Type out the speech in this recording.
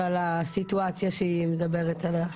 על הסיטואציה שהיא מדברת עליה.